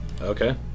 Okay